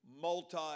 multi